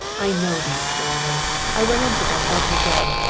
i know these foreigners. i run into them every day.